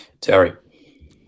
Terry